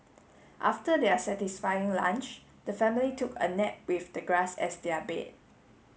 after their satisfying lunch the family took a nap with the grass as their bed